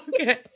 Okay